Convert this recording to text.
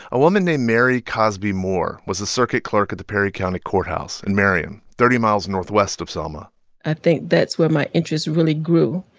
a woman named mary cosby moore was the circuit clerk at the perry county courthouse in marion, thirty miles northwest of selma i think that's where my interest really grew,